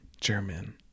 German